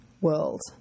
world